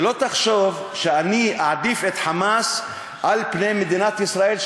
שלא תחשוב שאני אעדיף את "חמאס" על פני מדינת ישראל,